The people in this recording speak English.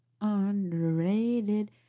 underrated